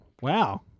Wow